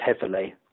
heavily